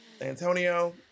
Antonio